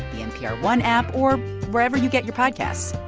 the npr one app or wherever you get your podcasts.